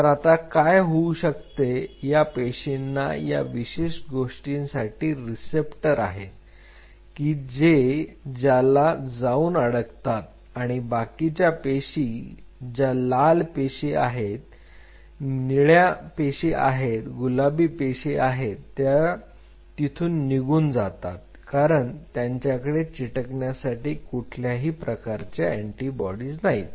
तर आता काय होऊ शकते ह्या पेशींना या विशेष गोष्टीसाठी रिसेप्टर आहेत की जे त्याला जाऊन अडकतात आणि बाकीच्या पेशी ज्या लाल पेशी आहेत निळा पेशी आहेत गुलाबी पेशी आहेत त्या तिथून निघून जातात कारण त्यांच्याकडे चिटकण्यासाठी कुठल्याही प्रकारचे अँटीबॉडी नाहीत